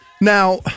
Now